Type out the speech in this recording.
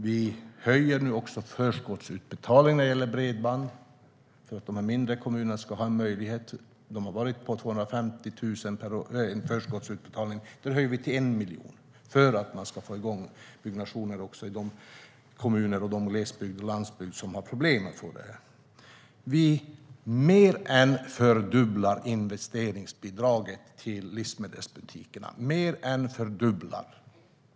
Vi höjer också förskottsutbetalningarna när det gäller bredband för att de mindre kommunerna ska ha en möjlighet. Dem höjer vi till 1 miljon för att man ska få igång byggnation också i de kommuner på glesbygd och landsbygd som har problem att få det här. Vi mer än fördubblar investeringsbidraget till livsmedelsbutikerna - mer än fördubblar.